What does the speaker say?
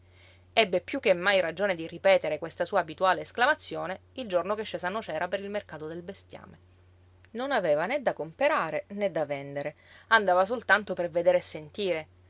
ebbe piú che mai ragione di ripetere questa sua abituale esclamazione il giorno che scese a nocera per il mercato del bestiame non aveva né da comperare né da vendere andava soltanto per vedere e sentire